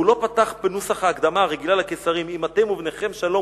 הוא "לא פתח בנוסח ההקדמה הרגיל לקיסרים: 'אם אתם ובניכם שלום,